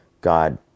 God